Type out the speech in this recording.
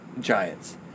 Giants